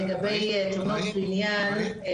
לגבי תאונות בבניין.